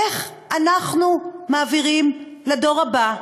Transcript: איך אנחנו מעבירים לדור הבא,